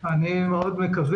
אני מאוד מקווה.